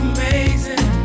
Amazing